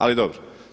Ali dobro.